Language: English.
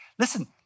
Listen